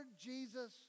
Jesus